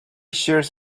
cheers